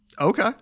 Okay